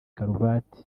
karuvati